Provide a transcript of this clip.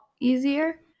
easier